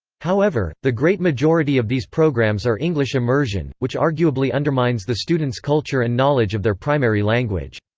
however, the great majority of these programs are english immersion, which arguably undermines the students' culture and knowledge of their primary language.